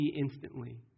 instantly